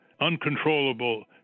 uncontrollable